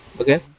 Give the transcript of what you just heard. okay